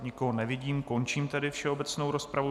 Nikoho nevidím, končím tedy všeobecnou rozpravu.